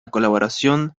colaboración